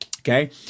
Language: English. Okay